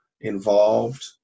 involved